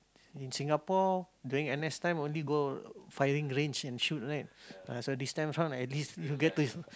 in Singapore during n_s time only go firing range and shoot right uh so this time like this you get to